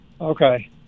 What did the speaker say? Okay